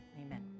amen